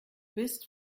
bist